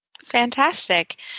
Fantastic